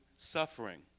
Suffering